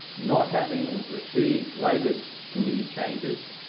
not having received labor's committee changes